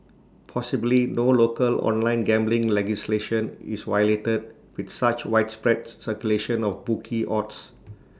possibly no local online gambling legislation is violated with such widespread circulation of bookie odds